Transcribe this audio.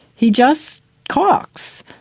he just talks,